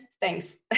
thanks